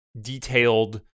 detailed